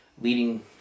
leading